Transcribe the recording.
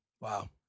Wow